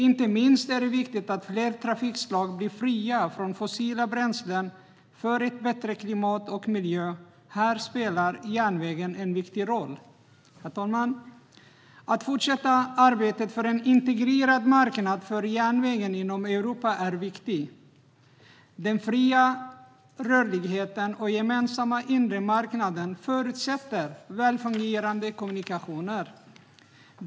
Inte minst är det viktigt att fler trafikslag blir fria från fossila bränslen för bättre klimat och miljö. Här spelar järnvägen en viktig roll. Att fortsätta arbetet för en integrerad marknad för järnvägen inom Europa är viktigt. Den fria rörligheten och den gemensamma inre marknaden förutsätter välfungerande kommunikationer.